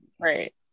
right